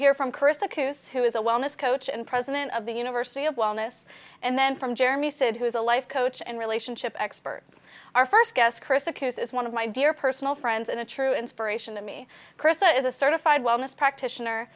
kristen who is a wellness coach and president of the university of wellness and then from jeremy said who is a life coach and relationship expert our first guest is one of my dear personal friends and a true inspiration to me krista is a certified wellness practitioner